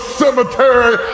cemetery